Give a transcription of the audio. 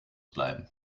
bleiben